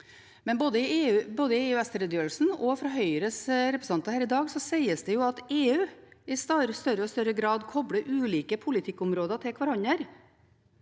men både i EØS-redegjørelsen og av Høyres representanter her i dag sies det at EU i større og større grad kobler ulike politikkområder til hverandre.